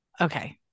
Okay